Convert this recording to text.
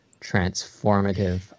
transformative